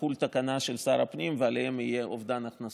תחול התקנה של שר הפנים ועליהם יהיה אובדן הכנסות.